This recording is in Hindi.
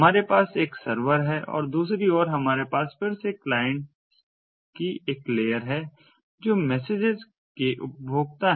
हमारे पास एक सर्वर है और दूसरी ओर हमारे पास फिर से क्लाइंट्स की एक लेयर है जो मैसेजेस के उपभोक्ता हैं